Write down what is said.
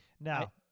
Now